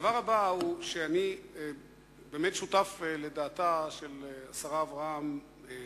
הדבר הבא הוא שאני באמת שותף לדעתה של השרה אברהם-בלילא